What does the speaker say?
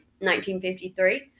1953